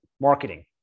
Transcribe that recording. marketing